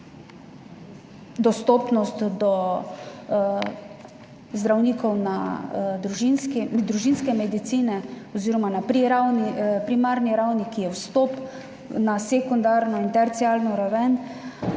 zdravnikov družinske medicine oziroma na primarni ravni, ki je vstop na sekundarno in terciarno raven,